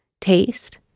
taste